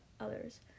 others